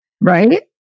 Right